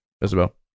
Isabel